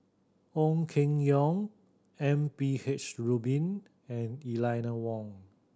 Ong Keng Yong M P H Rubin and Eleanor Wong